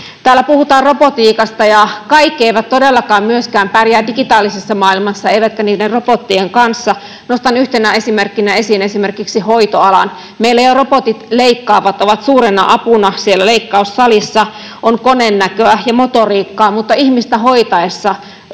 Täällä puhutaan robotiikasta. Kaikki eivät todellakaan pärjää myöskään digitaalisessa maailmassa eivätkä niiden robottien kanssa. Nostan yhtenä esimerkkinä esiin hoito-alan. Meillä jo robotit leikkaavat, ovat suurena apuna siellä leikkaussalissa. On konenäköä ja -motoriikkaa. Mutta ihmistä hoidettaessa